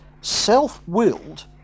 self-willed